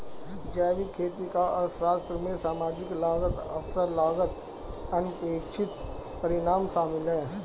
जैविक खेती का अर्थशास्त्र में सामाजिक लागत अवसर लागत अनपेक्षित परिणाम शामिल है